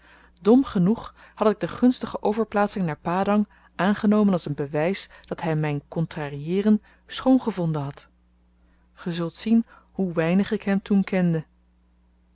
dom genoeg had ik de gunstige overplaatsing naar padang aangenomen als een bewys dat hy myn kontrarieeren schoon gevonden had ge zult zien hoe weinig ik hem toen kende